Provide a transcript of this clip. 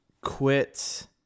quit